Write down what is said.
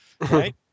Right